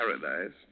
paradise